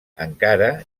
encara